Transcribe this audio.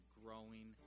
growing